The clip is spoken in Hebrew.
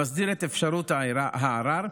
המסדיר את אפשרות הערר,